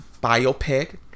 biopic